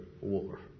war